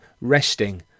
resting